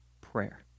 prayer